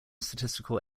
statistical